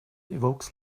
evokes